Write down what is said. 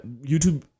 YouTube